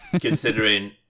considering